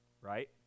right